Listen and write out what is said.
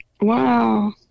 Wow